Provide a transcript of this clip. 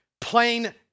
Plain